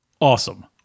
Awesome